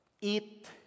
eat